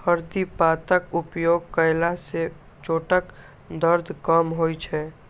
हरदि पातक उपयोग कयला सं चोटक दर्द कम होइ छै